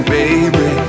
baby